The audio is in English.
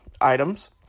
items